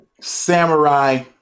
Samurai